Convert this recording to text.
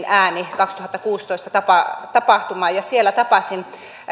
ääni kaksituhattakuusitoista tapahtuma ja siellä tapasin